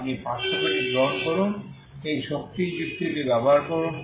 আপনি পার্থক্যটি গ্রহণ করুন এই শক্তি যুক্তিটি ব্যবহার করুন